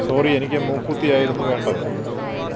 sorry എനിക്ക് മൂക്കുത്തി ആയിരുന്നു വേണ്ടത്